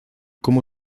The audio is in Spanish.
como